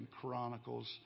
Chronicles